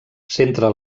centra